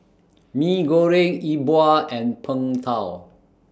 Mee Goreng E Bua and Png Tao